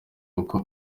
kuko